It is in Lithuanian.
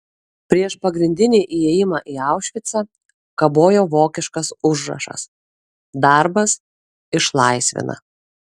prieš pagrindinį įėjimą į aušvicą kabojo vokiškas užrašas darbas išlaisvina